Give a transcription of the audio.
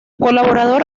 colaborador